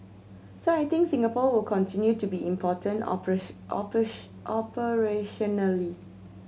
so I think Singapore will continue to be important operationally